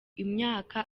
imyaka